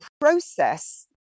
process